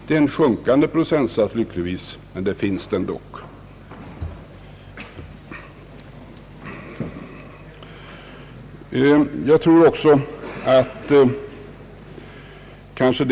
Det är lyckligtvis en sjunkande procentsats, men den finns där.